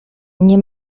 nie